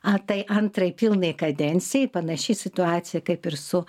a tai antrai pilnai kadencijai panaši situacija kaip ir su